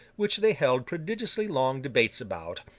which they held prodigiously long debates about,